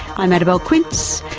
i'm annabelle quince,